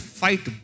fight